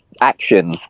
action